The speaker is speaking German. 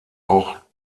auch